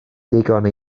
digon